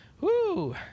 Woo